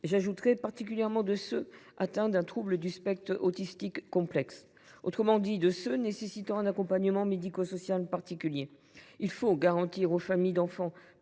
un TND, particulièrement de ceux qui sont atteints d’un trouble du spectre autistique complexe, autrement dit qui requièrent un accompagnement médico social particulier. Il faut garantir aux familles d’enfants